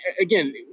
again